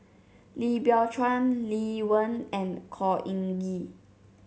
Lim Biow Chuan Lee Wen and Khor Ean Ghee